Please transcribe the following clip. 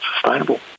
sustainable